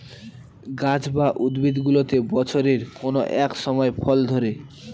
গাছ বা উদ্ভিদগুলোতে বছরের কোনো এক সময় ফল ধরে